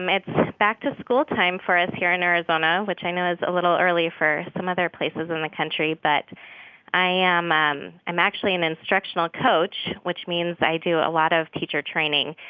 it's back-to-school time for us here in arizona, which i know is a little early for some other places in the country. but i am i'm i'm actually an instructional coach, which means i do a lot of teacher training.